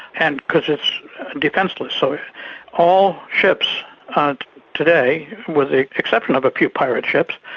and because it's defenceless, so all ships today with the exception of a few pirate ships,